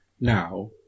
now